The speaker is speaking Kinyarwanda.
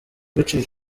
agaciro